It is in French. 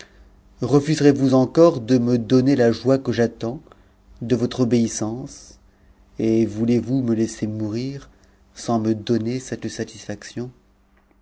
refuserez-vous encore de me donner la joie que j'attends de votre obéissance et voulez-vous me laisser mourir sans me donner cette satisfaction